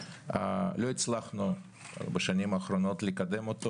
לא הצלחנו לקדם אותו.